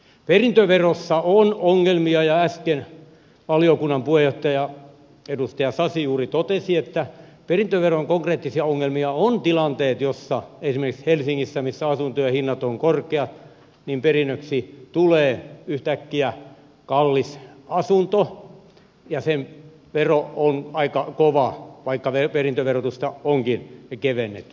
perintöverossa on ongelmia ja äsken valiokunnan puheenjohtaja edustaja sasi juuri totesi että perintöveron konkreettisia ongelmia ovat tilanteet joissa esimerkiksi helsingissä missä asuntojen hinnat ovat korkeat perinnöksi tulee yhtäkkiä kallis asunto ja sen vero on aika kova vaikka perintöverotusta onkin kevennetty